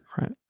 right